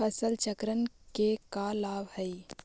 फसल चक्रण के का लाभ हई?